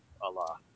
Allah